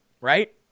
right